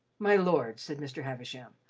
my lord, said mr. havisham,